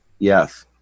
Yes